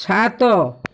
ସାତ